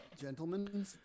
gentlemen